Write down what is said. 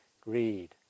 greed